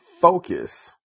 focus